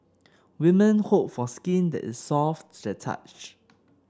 women hope for skin that is soft to the touch